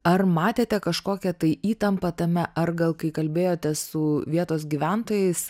ar matėte kažkokią tai įtampą tame ar gal kai kalbėjotės su vietos gyventojais